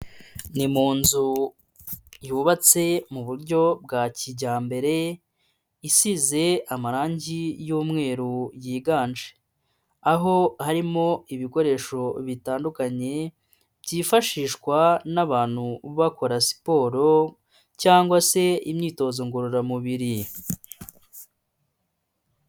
Ni mu nzu yubatse mu buryo bwa kijyambere, isize amarangi y'umweru yiganje, aho harimo ibikoresho bitandukanye byifashishwa n'abantu bakora siporo cyangwa se imyitozo ngororamubiri.